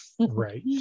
Right